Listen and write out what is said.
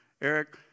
Eric